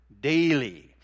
daily